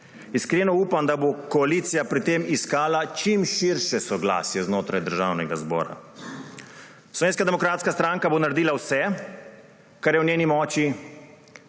Iskreno upam, da bo koalicija pri tem iskala čim širše soglasje znotraj Državnega zbora. Slovenska demokratska stranka bo naredila vse, kar je v njeni moči,